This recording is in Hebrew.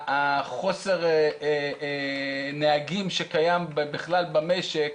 חוסר בנהגים שקיים בכלל במשק,